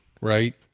right